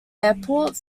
airport